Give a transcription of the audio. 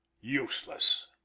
useless